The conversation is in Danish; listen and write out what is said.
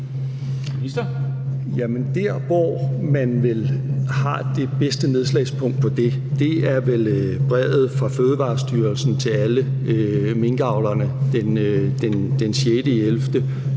der, hvor man vel har det bedste nedslagspunkt på det er nok brevet fra Fødevarestyrelsen til alle minkavlerne den 6.11.